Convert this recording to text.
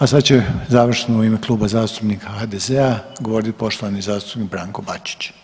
A sada će završno u ime Kluba zastupnika HDZ-a govoriti poštovani zastupnik Branko Bačić.